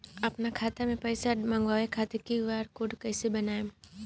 आपन खाता मे पैसा मँगबावे खातिर क्यू.आर कोड कैसे बनाएम?